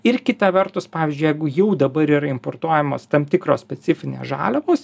ir kita vertus pavyzdžiui jeigu jau dabar yra importuojamos tam tikros specifinės žaliavos